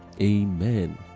amen